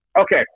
Okay